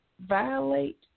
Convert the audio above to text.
violate